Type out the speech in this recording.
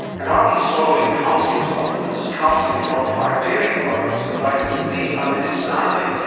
and are we swallowing calcium supplements, calcium fortified dairy products and vitamin d unnecessarily?